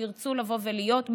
שירצו לבוא ולהיות בה,